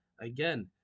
Again